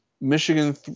Michigan